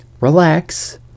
relax